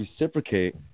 reciprocate